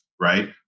right